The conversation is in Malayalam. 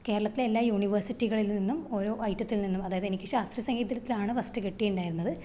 കേരളത്തിലെ എല്ലാ യൂണിവേസിറ്റികളിൽ നിന്നും ഓരോ ഐറ്റത്തില് നിന്നും അതായതെനിക്ക് ശാസ്ത്രീയ സംഗീതരത്തിലാണ് ഫസ്റ്റ് കിട്ടിണ്ടാർന്നത്